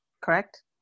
Correct